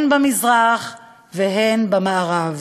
הן במזרח והן במערב.